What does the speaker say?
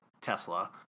Tesla